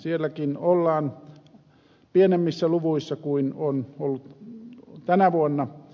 sielläkin ollaan pienemmissä luvuissa kuin on ollut tänä vuonna